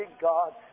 God